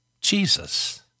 Jesus